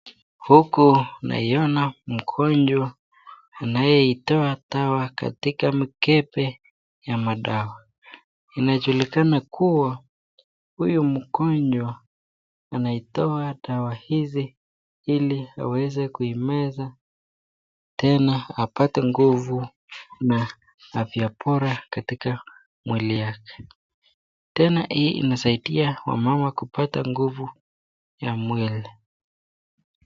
Huku naona mgonjwa anayeitoa dawa katika mkebe ya madawa inajulikana kuwa huyu mgonjwa anaitoa dawa hizi ili aweze kiumeza tena apate nguvu na afya bora katika mwili yake. Tena hii inasaidia wamama kupata nguvu ya mwili.